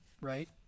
right